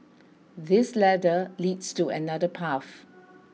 this ladder leads to another path